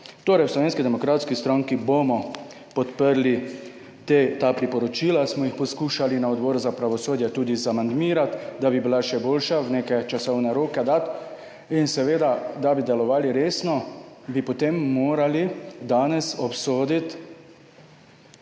Torej, v Slovenski demokratski stranki bomo podprli ta priporočila. Smo jih poskušali na Odboru za pravosodje tudi zamandmirati, da bi bila še boljša, v neke časovne roke dati. In seveda, da bi delovali resno bi potem morali danes obsoditi